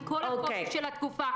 עם כל הקושי של התקופה,